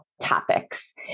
topics